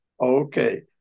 Okay